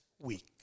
week